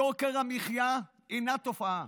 יוקר המחיה אינו תופעה,